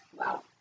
Wow